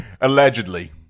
Allegedly